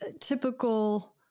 typical